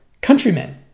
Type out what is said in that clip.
countrymen